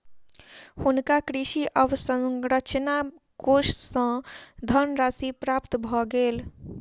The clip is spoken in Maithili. हुनका कृषि अवसंरचना कोष सँ धनराशि प्राप्त भ गेल